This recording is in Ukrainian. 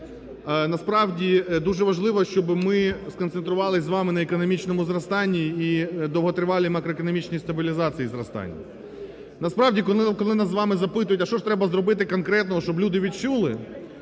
Насправді дуже важливо, щоб ми сконцентрувалися з вами на економічному зростанні і довготривалій макроекономічній стабілізації зростань. Насправді, коли у нас з вами запитують, а що ж треба зробити конкретно, щоб люди відчули?